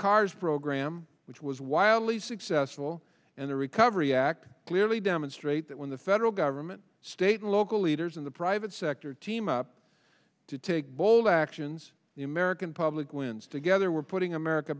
cars program which was wildly successful and the recovery act clearly demonstrate that when the federal government state and local leaders in the private sector team up to take bold actions the american public wins together we're putting america